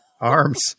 arms